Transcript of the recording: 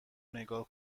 نگاه